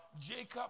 Jacob